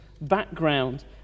background